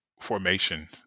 Formation